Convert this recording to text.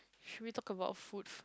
should we talk about food